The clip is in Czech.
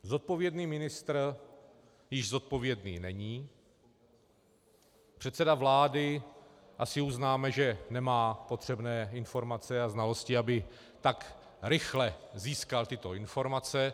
Zodpovědný ministr již zodpovědný není, předseda vlády, asi uznáme, že nemá potřebné informace a znalosti, aby tak rychle získal tyto informace.